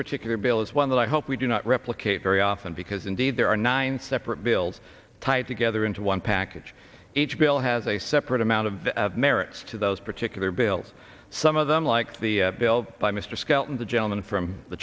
particular bill is one that i hope we do not replicate very often because indeed there are nine separate bills tied together into one package each bill has a separate amount of merits to those particular bills some of them like the bill by mr skelton the gentleman from the